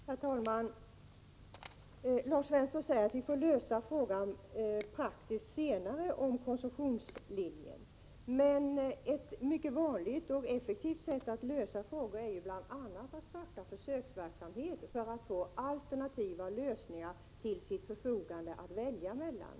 Herr talman! Lars Svensson säger att frågan om konsumtionslinjen praktiskt får lösas senare. Ett mycket vanligt och effektivt sätt att lösa frågor är att starta försöksverksamhet, för att få fram alternativ att välja mellan.